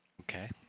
Okay